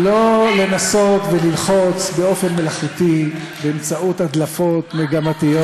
לא לנסות וללחוץ באופן מלאכותי באמצעות הדלפות מגמתיות.